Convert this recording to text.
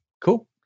Cool